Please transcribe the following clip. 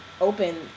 open